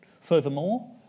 furthermore